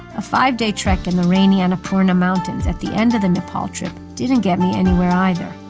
a five-day trek in the rainy annapurna mountains at the end of the nepal trip didn't get me anywhere, either.